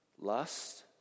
Lust